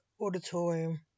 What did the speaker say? auditorium